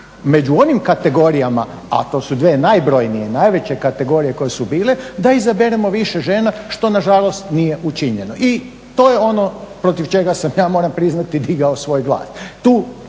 među onim kategorijama a to su dve najbrojnije i najveće kategorije koje su bile da izaberemo više žena što nažalost nije učinjeno i to je ono protiv čega sam ja moram priznati svoj glas.